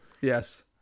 Yes